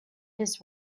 his